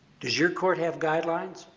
does your court have guidelines?